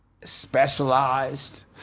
specialized